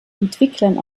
entwicklern